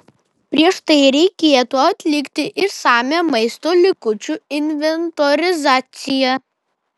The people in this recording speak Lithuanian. prieš tai reikėtų atlikti išsamią maisto likučių inventorizacija